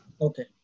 Okay